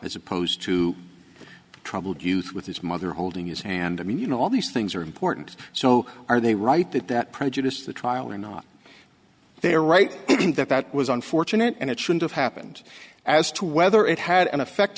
as opposed to troubled youth with his mother holding his hand i mean you know all these things are important so are they right that that prejudiced the trial or not they are right that that was unfortunate and it should have happened as to whether it had an effect